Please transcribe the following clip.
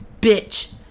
bitch